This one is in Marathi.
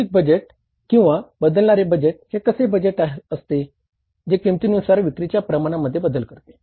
लवचिक बजेट बदल करते